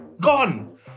Gone